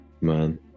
man